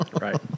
right